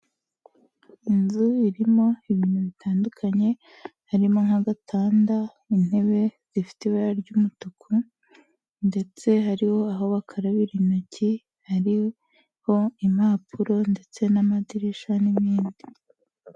Inzu irimo ibintu bitandukanye harimo nk'agatanda, intebe ifite ibara ry'umutuku ndetse hariho aho bakarabira intoki, hariho impapuro ndetse n'amadirishya n'ibindi.